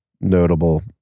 notable